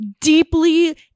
deeply